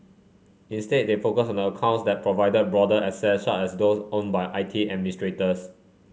instead they focus on accounts that provided broader access such as those owned by I T administrators